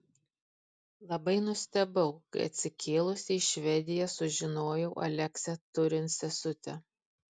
labai nustebau kai atsikėlusi į švediją sužinojau aleksę turint sesutę